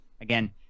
Again